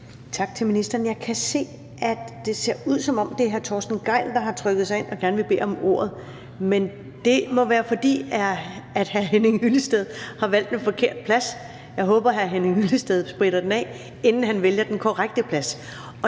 Tak til ministeren. Jeg kan se, at det ser ud, som om det er hr. Torsten Gejl, der har trykket sig ind og gerne vil bede om ordet, men det må være, fordi hr. Henning Hyllested har valgt en forkert plads. Jeg håber, hr. Henning Hyllested spritter den af, inden han vælger den korrekte plads.